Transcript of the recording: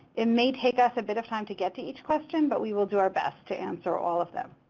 it may take us a bit of time to get to each question but we will do our best to answer all of them.